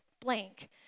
blank